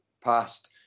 passed